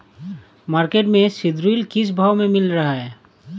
Market में seed drill किस भाव में मिल रहा है?